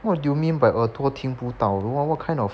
what do you mean by 耳朵听不到 what what kind of